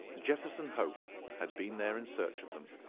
jefferson hope had been there in search of them.